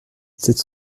sept